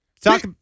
talk